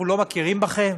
אנחנו לא מכירים בכם.